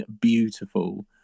beautiful